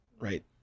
right